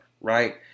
Right